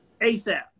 ASAP